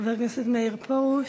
חבר הכנסת מאיר פרוש,